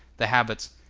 the habits,